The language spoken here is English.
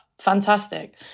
Fantastic